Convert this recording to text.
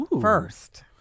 first